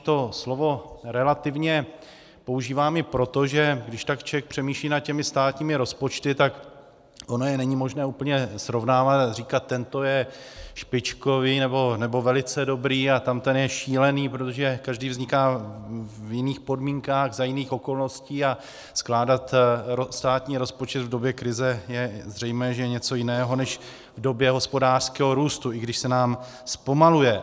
To slovo relativně používám i proto, že když tak člověk přemýšlí nad těmi státními rozpočty, tak ono je není možné úplně srovnávat a říkat, tento je špičkový nebo velice dobrý a tamten je šílený, protože každý vzniká v jiných podmínkách, za jiných okolností a skládat státní rozpočet v době krize, je zřejmé, že je něco jiného než v době hospodářského růstu, i když se nám zpomaluje.